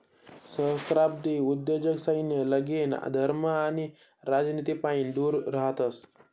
सहस्त्राब्दी उद्योजक सैन्य, लगीन, धर्म आणि राजनितीपाईन दूर रहातस